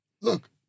look